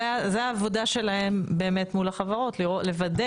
זאת העבודה שלהם מול החברות לוודא